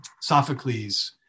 Sophocles